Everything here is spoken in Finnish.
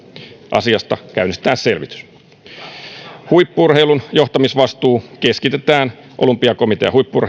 asiasta käynnistetään selvitys huippu urheilun johtamisvastuu keskitetään olympiakomitean huippu